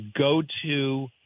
go-to